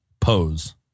pose